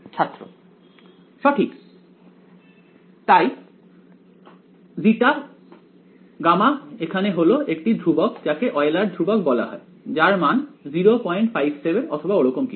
ছাত্র সঠিক তাই এখানে হলো একটি ধ্রুবক যাকে ইউলার ধ্রুবক বলা হয় যার মান 057 অথবা ওরকম কিছু